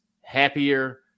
happier